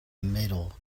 middle